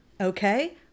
Okay